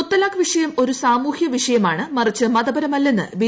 മുത്തലാഖ് വിഷയം ഒരു സാമൂഹൃ പ്രിഷ്യമാണ മറിച്ച് മതപരമല്ലെന്നു ബി